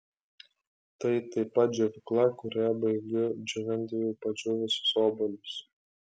tai taip pat džiovykla kurioje baigiu džiovinti jau padžiūvusius obuolius